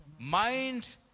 Mind